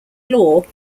law